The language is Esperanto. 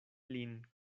lin